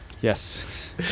Yes